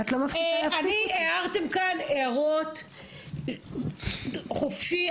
הערתם כאן הערות חופשי,